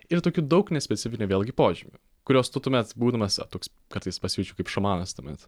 ir tokių daug nespecifinių vėlgi požymių kuriuos tu tuomet būdamas toks kartais pasijaučiu kaip šamanas tuomet